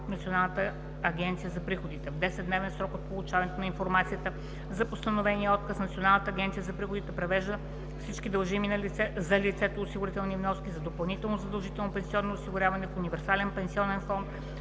Националната агенция за приходите. В 10-дневен срок от получаването на информацията за постановения отказ, Националната агенция за приходите превежда всички дължими за лицето осигурителни вноски за допълнително задължително пенсионно осигуряване в универсален пенсионен фонд